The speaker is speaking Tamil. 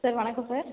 சார் வணக்கம் சார்